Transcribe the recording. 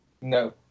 No